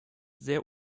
sehr